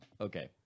Okay